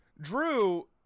drew